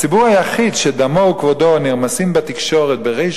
הציבור היחיד שדמו וכבודו נרמסים בתקשורת בריש